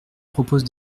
propose